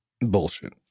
Bullshit